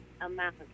amount